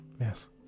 Yes